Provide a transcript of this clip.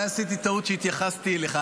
אולי עשיתי טעות שהתייחסתי אליך,